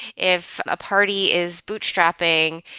if a party is bootstrapping,